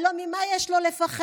הלוא ממה יש לו לפחד?